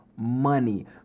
Money